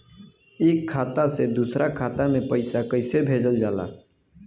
एक खाता से दूसरा खाता में पैसा कइसे भेजल जाला?